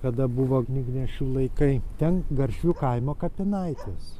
kada buvo knygnešių laikai ten garšvių kaimo kapinaitės